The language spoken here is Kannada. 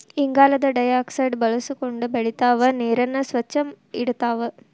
ಇಂಗಾಲದ ಡೈಆಕ್ಸೈಡ್ ಬಳಸಕೊಂಡ ಬೆಳಿತಾವ ನೇರನ್ನ ಸ್ವಚ್ಛ ಇಡತಾವ